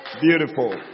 Beautiful